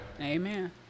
amen